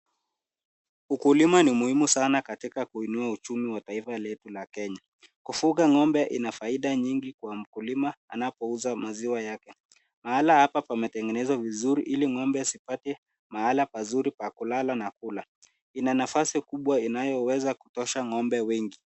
Ukulima ni muhimu sana katika kuinua uchumi wa taifa letu la Kenya. Kufuga ngombe inafaida nyingi kwa mkulima anapouza maziwa yake. Mahala hapa pametengenzwa vizuri ili ngombe apate mahala pazuri pa kulala na kukula . Ina nafasi kubwa inayoweza kutosha ngombe wengi.